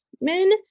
men